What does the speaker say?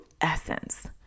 essence